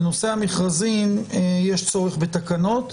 בנושא המכרזים יש צורך בתקנות,